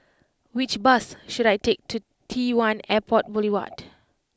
which bus should I take to T One Airport Boulevard